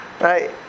right